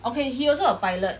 okay he also a pilot